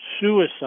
suicide